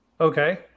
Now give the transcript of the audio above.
Okay